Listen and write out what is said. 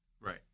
Right